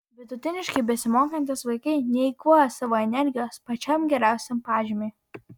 vidutiniškai besimokantys vaikai neeikvoja savo energijos pačiam geriausiam pažymiui